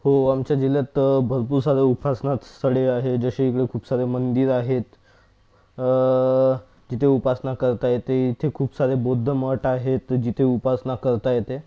हो आमच्या जिल्ह्यात भरपूर सारे उपासना स्थळे आहे जशी इकडे खूप सारे मंदिर आहेत तिथे उपासना करता येते इथे खूप सारे बौद्ध मठ आहेत जिथे उपासना करता येते